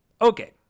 Okay